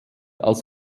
als